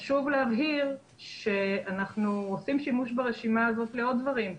חשוב להבהיר שאנחנו עושים שימוש ברשימה הזאת לעוד דברים,